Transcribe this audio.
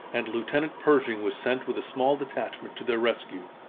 and lieutenant pershing was sent with a small detachment to their rescue.